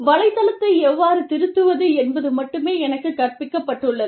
வலைத்தளத்தை எவ்வாறு திருத்துவது என்பது மட்டுமே எனக்குக் கற்பிக்கப்பட்டுள்ளது